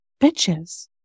bitches